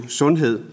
sundhed